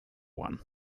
one